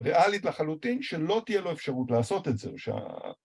ריאלית לחלוטין שלא תהיה לו אפשרות לעשות את זה